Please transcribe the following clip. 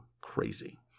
crazy